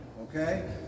Okay